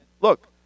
look